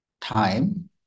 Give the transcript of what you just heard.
time